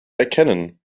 erkennen